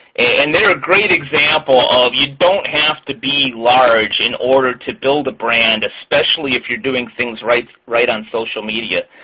and they are a great example of you don't have to be large in order to build a brand, especially if you're doing things right right on social media.